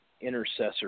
intercessor